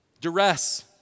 duress